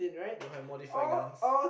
you all have modified guns